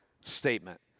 statement